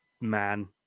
man